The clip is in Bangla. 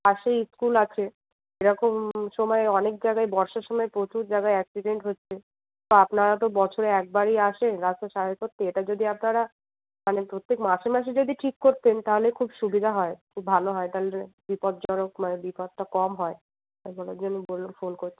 পাশেই স্কুল আছে এরকম সময়ে অনেক জায়গায় বর্ষার সময় প্রচুর জাগায় অ্যাক্সিডেন্ট হচ্ছে তা আপনারা তো বছরে একবারই আসেন রাস্তা সারাই করতে এটা যদি আপনারা মানে প্রত্যেক মাসে মাসে যদি ঠিক করতেন তাহলে খুব সুবিধা হয় খুব ভালো হয় তাহলে বিপজ্জনক মানে বিপদটা কম হয় এই বলার ফোন করছি